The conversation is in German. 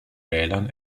wählern